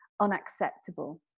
unacceptable